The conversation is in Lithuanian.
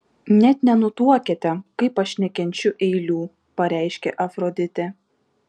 net nenutuokiate kaip aš nekenčiu eilių pareiškė afroditė